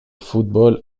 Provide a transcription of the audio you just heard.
football